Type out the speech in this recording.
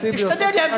תשתדל להבין.